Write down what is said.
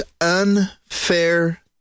unfair